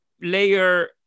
layer